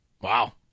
Wow